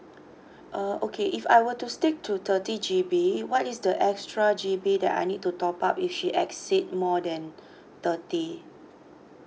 uh okay if I were to stick to thirty G_B what is the extra G_B that I need to top up if she exceed more than thirty